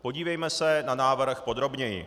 Podívejme se na návrh podrobněji.